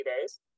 days